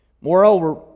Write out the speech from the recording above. Moreover